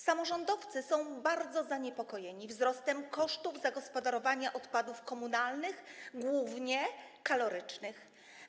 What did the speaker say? Samorządowcy są bardzo zaniepokojeni wzrostem kosztów zagospodarowania odpadów komunalnych, głównie kalorycznych.